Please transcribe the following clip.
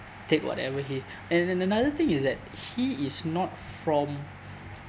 take whatever he and another thing is that he is not from